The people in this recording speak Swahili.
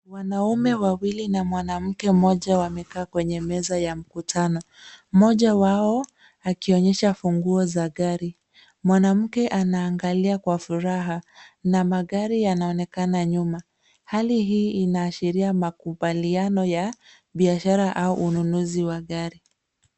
Wanaume wawili na mwanamke mmoja wamekaa kwenye meza ya mkutano. Mmoja wao akionyesha funguo za gari. Mwanamke anaangalia kwa furaha na magari yanaonekana nyuma. Hali hii inaashiria makubaliano ya biashara au ununuzi wa gari.